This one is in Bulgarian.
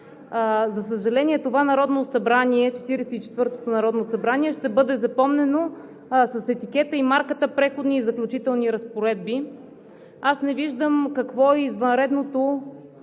За съжаление, 44-тото народно събрание ще бъде запомнено с етикета и марката „Преходни и заключителни разпоредби“. Аз не виждам какво е извънредното